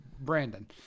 Brandon